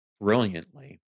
brilliantly